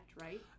right